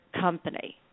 company